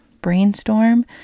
brainstorm